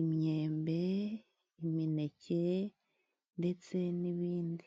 ,imyembe, imineke ndetse n'ibindi.